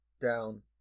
Down